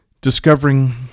discovering